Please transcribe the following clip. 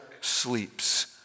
sleeps